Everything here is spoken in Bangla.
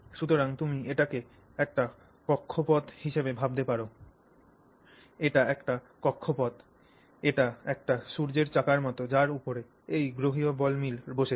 সুতরাং তুমি এটিকে একটি কক্ষপথ হিসাবে ভাবতে পার এটি একটি কক্ষপথ এটি একটি সূর্যের চাকার মতো যার উপরে এই গ্রহীয় বল মিলগুলি বসেছে